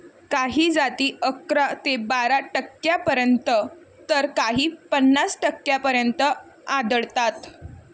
काही जाती अकरा ते बारा टक्क्यांपर्यंत तर काही पन्नास टक्क्यांपर्यंत आढळतात